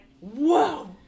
whoa